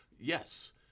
Yes